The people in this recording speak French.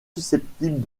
susceptibles